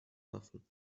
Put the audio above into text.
waffen